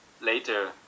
later